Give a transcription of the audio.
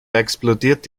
explodiert